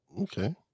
Okay